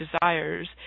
desires